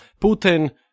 Putin